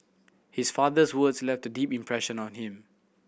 his father's words left a deep impression on him